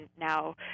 now